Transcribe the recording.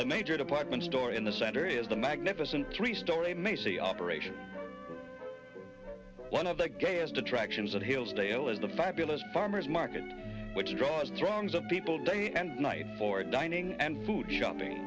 the major department store in the center is a magnificent three story macy operation one of the gayest attractions at hillsdale is the fabulous farmer's market which draws throngs of people day and night for dining and food shopping